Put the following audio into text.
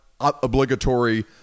obligatory